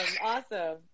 Awesome